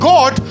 God